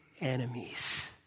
enemies